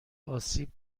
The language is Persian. آسیب